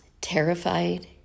Terrified